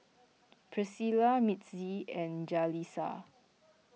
Pricilla Mitzi and Jalisa